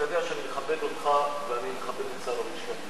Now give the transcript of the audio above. אתה יודע שאני מכבד אותך ואני מכבד את שר המשפטים,